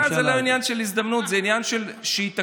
זה לא עניין של הזדמנות, זה עניין של תיקון.